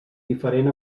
diferent